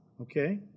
okay